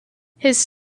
his